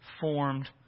formed